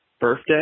birthday